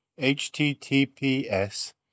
HTTPS